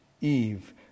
Eve